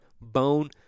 bone